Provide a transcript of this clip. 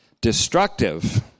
destructive